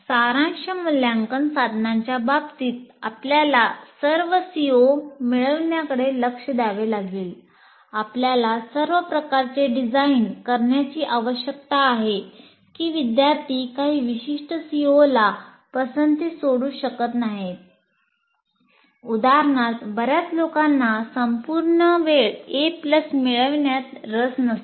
सारांश मूल्यांकन साधनांच्या बाबतीत आपल्याला सर्व सीओ मिळवण्यात रस नसतो